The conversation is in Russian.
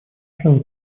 начала